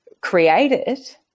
created